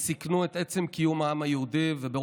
העם היהודי סבל